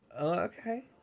okay